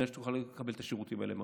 על מנת שתוכל לקבל את השירותים האלה מרחוק.